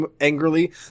angrily